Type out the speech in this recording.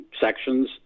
sections